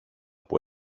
που